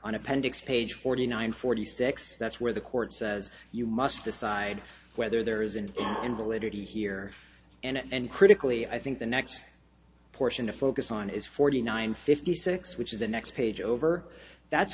on appendix page forty nine forty six that's where the court says you must decide whether there is an invalidity here and critically i think the next portion to focus on is forty nine fifty six which is the next page over that's